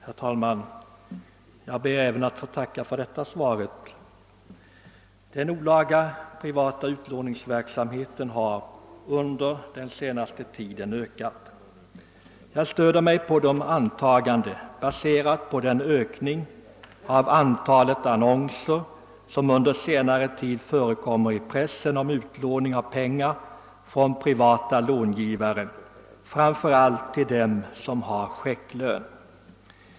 Herr talman! Jag ber att få tacka även för detta svar. Den olaga, privata utlåningsverksamheten har under den senaste tiden ökat. Jag stöder mig på de antaganden därom som baseras på den ökning av antalet annonser om utlåning av pengar från privata långivare som under senare tid förekommit i pressen. Dessa lån ges framför allt till dem som har checklön.